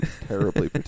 terribly